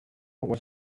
was